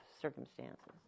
circumstances